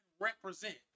Represent